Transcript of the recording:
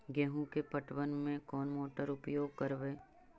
गेंहू के पटवन में कौन मोटर उपयोग करवय?